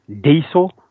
diesel